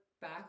back